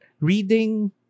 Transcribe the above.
reading